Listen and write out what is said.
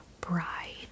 Bride